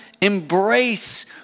embrace